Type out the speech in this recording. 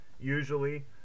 Usually